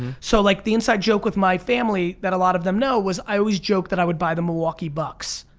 so like, the inside joke of my family that a lot of them know was i always joked that i would buy the milwaukee bucks.